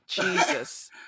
jesus